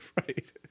right